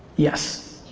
yes,